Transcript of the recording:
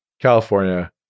California